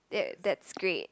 that that's great